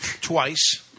twice